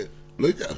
לא יודע.